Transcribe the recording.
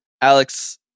Alex